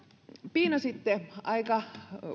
piinasitte aika